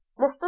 Mr